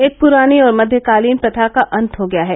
एक पुरानी और मध्यकालीन प्रथा का अंत हो गया है